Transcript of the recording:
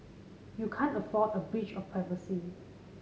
you can't afford a breach of privacy